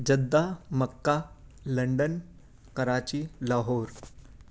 Jeddah Mecca London Karachi Lahore